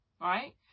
right